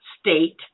state